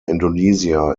indonesia